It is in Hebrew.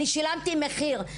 אני שילמתי מחיר,